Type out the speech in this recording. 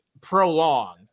prolong